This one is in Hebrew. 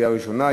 לקריאה ראשונה.